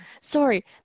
Sorry